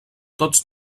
tots